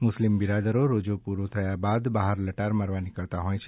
મુસ્લિમ બિરાદરો રોજો પૂરો થયા બાદ બહાર લટાર મારવા નિકળતા હોય છે